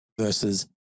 versus